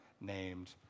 named